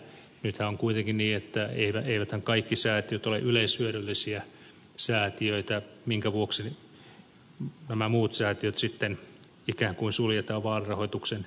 nythän on kuitenkin niin että eiväthän kaikki säätiöt ole yleishyödyllisiä säätiöitä minkä vuoksi nämä muut säätiöt sitten ikään kuin suljetaan vaalirahoituksen ulkopuolelle